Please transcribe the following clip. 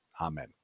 Amen